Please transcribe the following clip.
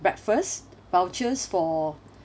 breakfast vouchers for